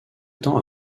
temps